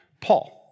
Paul